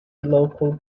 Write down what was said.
local